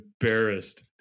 embarrassed